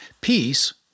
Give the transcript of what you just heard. Peace